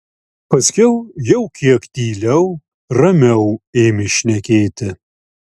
paskiau jau kiek tyliau ramiau ėmė šnekėti